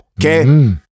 okay